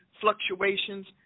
fluctuations